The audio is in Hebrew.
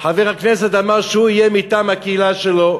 חבר הכנסת, אמר שהוא יהיה מטעם הקהילה שלו,